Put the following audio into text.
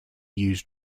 use